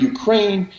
Ukraine